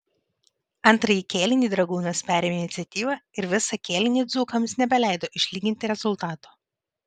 antrąjį kėlinį dragūnas perėmė iniciatyvą ir visą kėlinį dzūkams nebeleido išlyginti rezultato